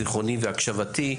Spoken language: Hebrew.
זכרוני והקשבתי,